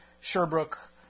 Sherbrooke